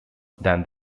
than